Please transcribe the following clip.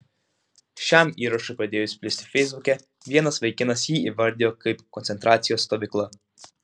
šiam įrašui pradėjus plisti feisbuke vienas vaikinas jį įvardijo kaip koncentracijos stovyklą